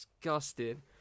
Disgusting